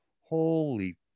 holy